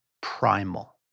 primal